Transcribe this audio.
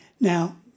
Now